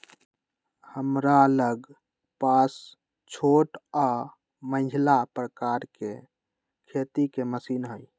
हमरा लग पास छोट आऽ मझिला प्रकार के खेती के मशीन हई